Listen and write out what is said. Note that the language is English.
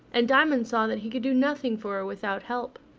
and diamond saw that he could do nothing for her without help.